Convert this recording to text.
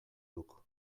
duk